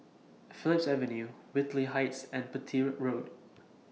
Phillips Avenue Whitley Heights and Petir Road